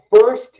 first